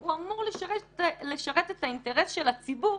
הוא אמור לשרת את האינטרס של הציבור,